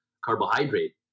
carbohydrate